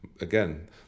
again